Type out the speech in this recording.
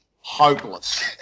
hopeless